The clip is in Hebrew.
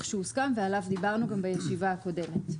שהוסכם ועליו דיברנו גם בישיבה הקודמת,